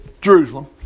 Jerusalem